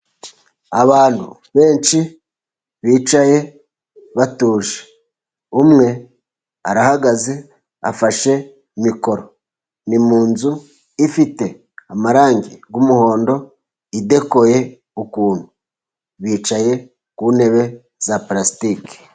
Abantu benshi bicaye batuje, umwe arahagaze afashe mikoro, ni mu nzu ifite amarangi y'umuhondo idekoye ukuntu, bicaye ku ntebe za parasitike.